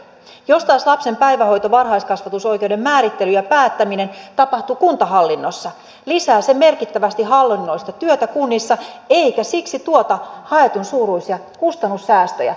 jos taas lapsen päivähoito varhaiskasvatusoikeuden määrittely ja päättäminen tapahtuu kuntahallinnossa lisää se merkittävästi hallinnollista työtä kunnissa eikä siksi tuota haetun suuruisia kustannussäästöjä